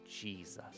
Jesus